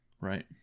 right